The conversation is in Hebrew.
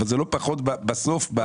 אבל זה פחות בסוף.